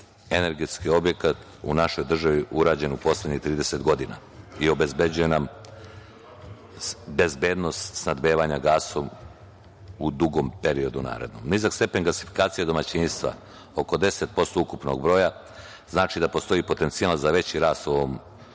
energetski objekat u našoj državi urađen u poslednjih 30 godina i obezbeđuje nam bezbednost snabdevanja gasom u dugom narednom periodu. Nizak stepen gasifikacije domaćinstva, oko 10% ukupnog broja, znači da postoji potencijal za veći rast u ovom